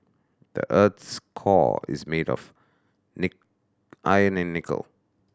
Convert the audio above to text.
the earth's core is made of nick iron and nickel